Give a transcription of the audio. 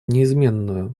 неизменную